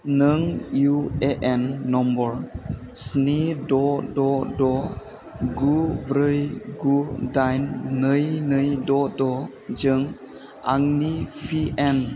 नों इउएएन नम्बर स्नि द' द' द' गु ब्रै गु दाइन नै नै द' द'जों आंनि पिएम